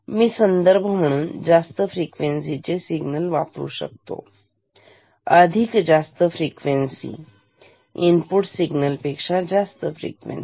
मी संदर्भ म्हणून जास्त फ्रिक्वेन्सी चे सिग्नल वापरू शकतो अधिक जास्त फ्रिक्वेन्सी इनपुट सिग्नल पेक्षा अधिक जास्त फ्रिक्वेन्सी